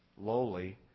lowly